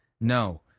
No